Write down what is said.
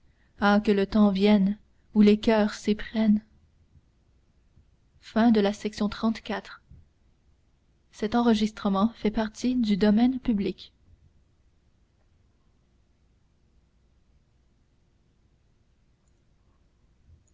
ah que le temps vienne où les coeurs s'éprennent